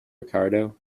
ricardo